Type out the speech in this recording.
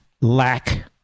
lack